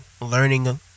learning